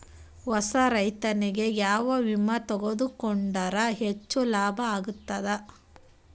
ಹೊಸಾ ರೈತನಿಗೆ ಯಾವ ವಿಮಾ ತೊಗೊಂಡರ ಹೆಚ್ಚು ಲಾಭ ಆಗತದ?